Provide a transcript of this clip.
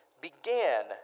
began